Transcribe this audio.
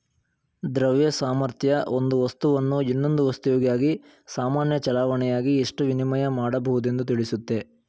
ದ್ರವ್ಯ ಸಾಮರ್ಥ್ಯ ಒಂದು ವಸ್ತುವನ್ನು ಇನ್ನೊಂದು ವಸ್ತುವಿಗಾಗಿ ಸಾಮಾನ್ಯ ಚಲಾವಣೆಯಾಗಿ ಎಷ್ಟು ವಿನಿಮಯ ಮಾಡಬಹುದೆಂದು ತಿಳಿಸುತ್ತೆ